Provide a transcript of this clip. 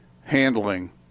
handling